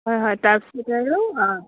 হয় হয় তাৰপিছতে আৰু অঁ